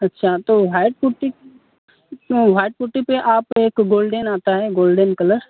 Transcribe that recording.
अच्छा तो white putty white putty पर आप एक गोल्डेन आता है गोल्डेन कलर